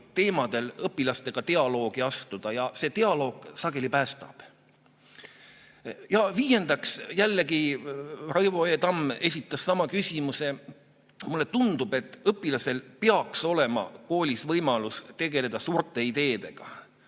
teemadel õpilastega dialoogi astuda ja see dialoog sageli päästab. Viiendaks, jällegi, Raivo E. Tamm esitas sama küsimuse. Mulle tundub, et õpilasel peaks olema koolis võimalus tegeleda suurte ideedega: